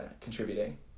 contributing